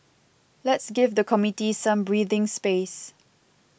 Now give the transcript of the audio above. let's give the committee some breathing space